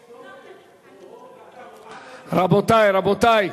רבותי, רבותי.